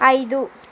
ఐదు